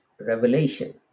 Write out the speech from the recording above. revelation